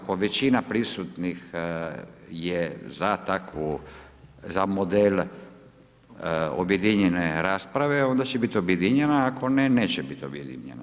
Ako većina prisutnih je za takvu, za modele objedinjene rasprave, onda će biti objedinjeno, a ako ne, neće biti objedinjeno.